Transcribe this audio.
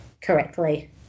correctly